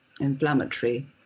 inflammatory